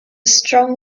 strong